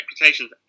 reputations